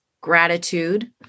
gratitude